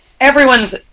everyone's